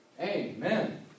Amen